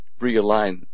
realign